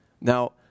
Now